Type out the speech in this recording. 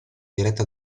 diretta